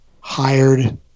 hired